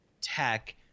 tech